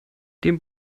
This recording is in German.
dem